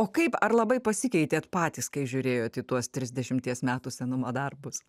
o kaip ar labai pasikeitėt patys kai žiūrėjot į tuos trisdešimties metų senumo darbus